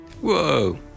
Whoa